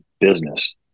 business